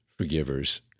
forgivers